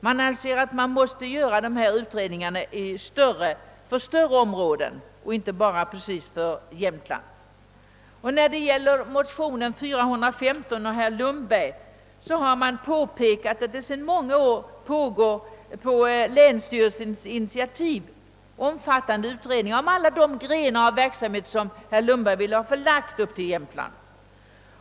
Länsstyrelsen menar alltså att dessa utredningar måste göras beträffande större områden och inte bara just i Jämtland. Beträffande motionen II: 415 av herr Lundberg har man påpekat att det sedan många år på länsstyrelsens initiativ pågått en omfattande utredning om alla de grenar av verksamhet som herr Lundberg vill ha förlagda till Jämtland.